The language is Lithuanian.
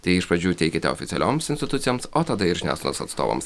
tai iš pradžių teikite oficialioms institucijoms o tada ir žiniasklaidos atstovams